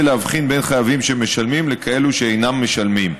להבחין בין חייבים שמשלמים לכאלה שאינם משלמים.